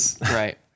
Right